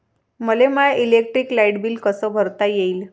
मले माय electric light bill कस भरता येईल?